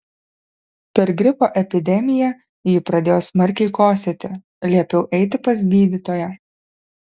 per gripo epidemiją ji pradėjo smarkiai kosėti liepiau eiti pas gydytoją